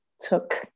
took